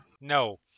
No